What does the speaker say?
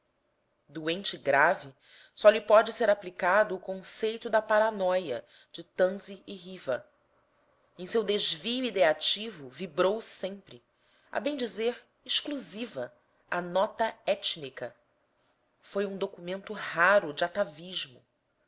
doente grave só lhe pode ser aplicado o conceito da paranóia de tanzi e riva em seu desvio ideativo vibrou sempre a bem dizer exclusiva a nota étnica foi um documento raro de